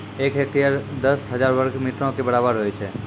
एक हेक्टेयर, दस हजार वर्ग मीटरो के बराबर होय छै